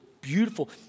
beautiful